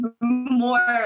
more